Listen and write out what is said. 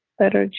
better